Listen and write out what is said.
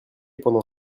pendant